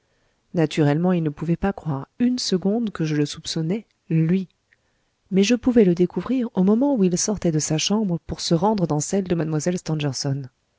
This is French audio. naturellement il ne pouvait pas croire une seconde que je le soupçonnais lui mais je pouvais le découvrir au moment où il sortait de sa chambre pour se rendre dans celle de